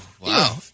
wow